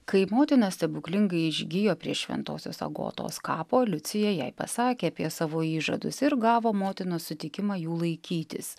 kai motina stebuklingai išgijo prie šventosios agotos kapo liucija jai pasakė apie savo įžadus ir gavo motinos sutikimą jų laikytis